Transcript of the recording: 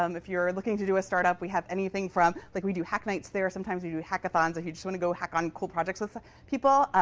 um if you're looking to do a startup, we have anything from like we do hacknights there. sometimes, we do hackathons, if you just want to go hack on cool projects with people.